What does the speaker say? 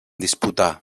disputar